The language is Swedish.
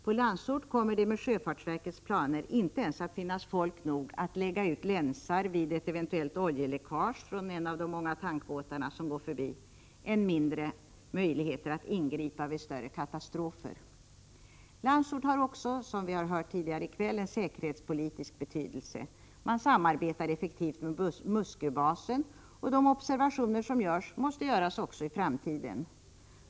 På Landsort kommer det med sjöfartsverkets planer inte ens att finnas folk nog att lägga ut länsar vid ett eventuellt oljeläckage från någon av de många tankbåtar som går förbi, än mindre möjligheter att ingripa vid större katastrofer. Landsort har också, som vi hört tidigare i kväll, en säkerhetspolitisk betydelse. Man samarbetar effektivt med Musköbasen, och de observationer som görs måste göras också i framtiden.